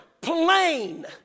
plain